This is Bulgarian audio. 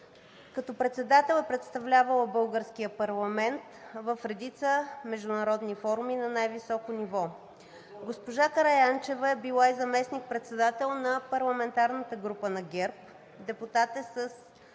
Като председател е представлявала българския парламент в редица международни форуми на най-високо ниво. Госпожа Караянчева е била и заместник-председател на парламентарната група на ГЕРБ-СДС. Депутат е